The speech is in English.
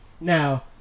Now